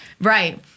Right